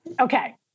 Okay